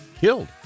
killed